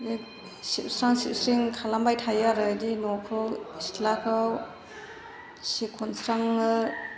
बे सिबस्रां सिबस्रिं खालामबाय थायो आरो बेदि न'खौ सिथ्लाखौ सि खनस्राङो